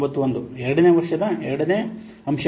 90912 ನೇ ವರ್ಷದ 2 ನೇ ಅಂಶಕ್ಕೆ ಅದು 0